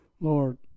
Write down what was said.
Lord